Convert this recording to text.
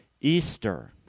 Easter